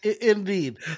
Indeed